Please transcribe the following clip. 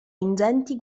ingenti